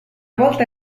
volta